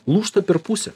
lūžta per pusę